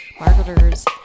marketers